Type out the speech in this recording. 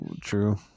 true